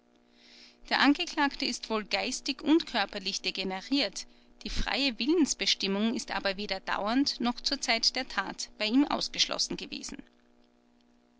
der angeklagte ist wohl geistig und körperlich degeneriert die freie willensbestimmung ist aber weder dauernd noch zur zeit der tat bei ihm ausgeschlossen gewesen